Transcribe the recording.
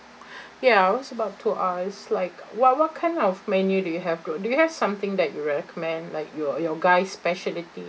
ya I was about to ask like what what kind of menu do you have good do you have something that you'll recommend like your your guy's speciality